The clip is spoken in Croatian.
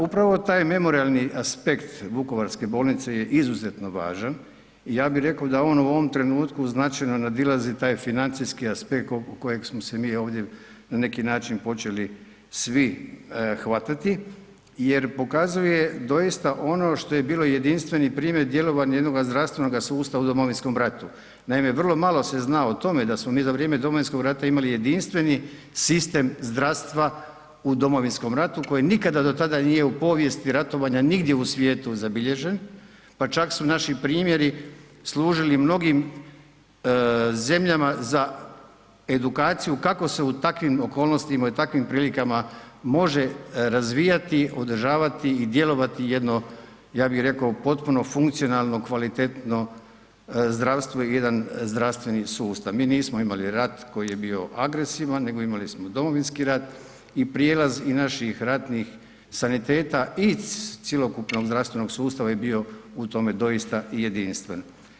Upravo taj memorijalni aspekt vukovarske bolnice je izuzetno važan, ja bi reko da on u ovom trenutku značajno nadilazi taj financijski aspekt oko kojeg smo se mi ovdje na neki način počeli svi hvatati jer pokazuje doista ono što je bilo jedinstveni primjer djelovanja jednoga zdravstvenoga sustava u domovinskom ratu, naime vrlo malo se zna o tome da smo mi za vrijeme domovinskog rata imali jedinstveni sistem zdravstva u domovinskom ratu koje nikada do tada nije u povijesti ratovanja nigdje u svijetu zabilježen, pa čak su naši primjeri služili mnogim zemljama za edukaciju kako se u takvim okolnostima i u takvim prilikama može razvijati, održavati i djelovati jedno, ja bi reko, potpuno funkcionalno kvalitetno zdravstvo i jedan zdravstveni sustav, mi nismo imali rat koji je bio agresivan, nego imali smo domovinski rat i prijelaz i naših ratnih saniteta i cjelokupnog zdravstvenog sustava je bio u tome doista i jedinstven.